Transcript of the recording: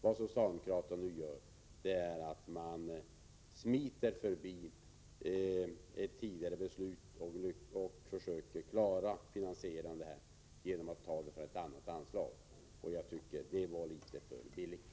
Vad socialdemokraterna nu gör är att de smiter förbi ett tidigare beslut och försöker klara finansieringen genom att ta pengar från ett annat anslag. Det tycker jag är litet för billigt.